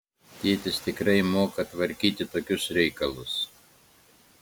tėtis tikrai moka tvarkyti tokius reikalus